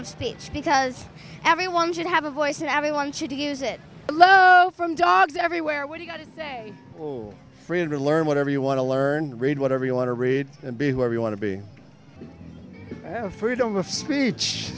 of speech because everyone should have a voice and everyone should use it from dogs everywhere when you go to a friend or learn whatever you want to learn read whatever you want to read and be whoever you want to be have freedom of speech